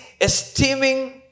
esteeming